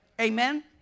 Amen